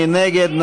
מי נגד?